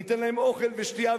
ניתן להם אוכל ושתייה,